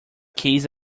case